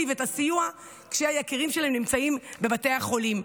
ואת הסיוע כשהיקירים שלהן נמצאים בבתי החולים.